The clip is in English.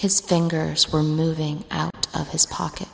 his fingers were moving out of his pocket